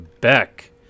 Beck